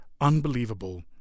unbelievable